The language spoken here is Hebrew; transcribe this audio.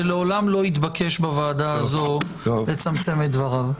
שלעולם לא יתבקש בוועדה הזאת לצמצם את דבריו.